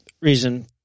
reason